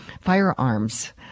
firearms